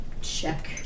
check